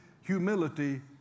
humility